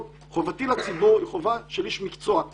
חובתי לציבור היא חובה של איש מקצוע,